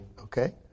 okay